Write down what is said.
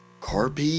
Carpe